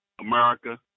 America